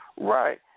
Right